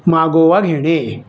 मागोवा घेणे